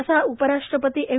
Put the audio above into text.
असं उपराष्ट्रपती एम